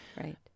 Right